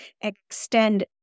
extend